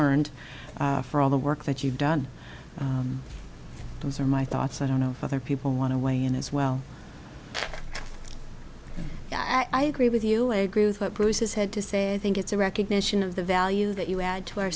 earned for all the work that you've done those are my thoughts i don't know if other people want to weigh in as well i agree with you i agree with what bruce has had to say i think it's a recognition of the value that you add to our